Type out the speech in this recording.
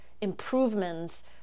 improvements